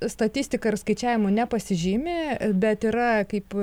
statistika ir skaičiavimu nepasižymi bet yra kaip